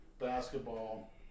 basketball